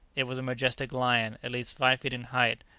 it was a majestic lion, at least five feet in height,